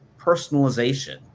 personalization